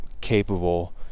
capable